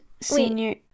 senior